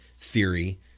theory